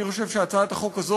אני חושב שהצעת החוק הזאת,